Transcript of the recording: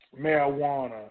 marijuana